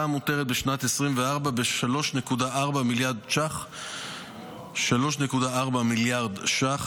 המותרת בשנת 2024 ב-3.4 מיליארד ש"ח 3.4 מיליארד ש"ח,